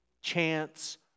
chance